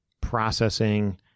processing